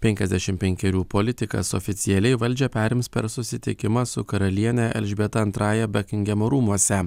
penkiasdešim penkerių politikas oficialiai valdžią perims per susitikimą su karaliene elžbieta antraja bekingamo rūmuose